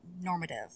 normative